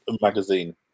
Magazine